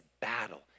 battle